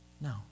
No